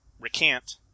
recant